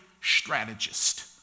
strategist